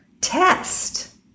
test